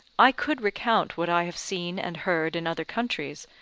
i could recount what i have seen and heard in other countries,